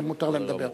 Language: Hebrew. ומותר להם לדבר.